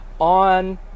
on